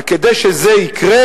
וכדי שזה יקרה,